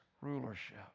rulership